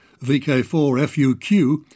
VK4FUQ